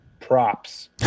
props